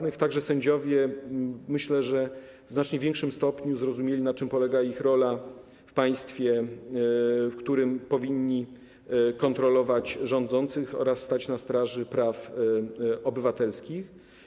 Myślę, że także sędziowie w znacznie większym stopniu zrozumieli, na czym polega ich rola w państwie, w którym powinni kontrolować rządzących oraz stać na straży praw obywatelskich.